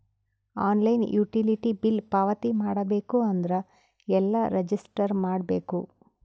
Online utility bill ಪಾವತಿ ಮಾಡಬೇಕು ಅಂದ್ರ ಎಲ್ಲ ರಜಿಸ್ಟರ್ ಮಾಡ್ಬೇಕು?